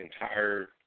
entire